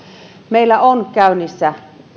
meillä on käynnissä